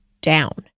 down